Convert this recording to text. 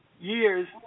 years